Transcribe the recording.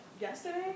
yesterday